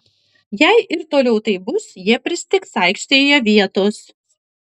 jei ir toliau taip bus jie pristigs aikštėje vietos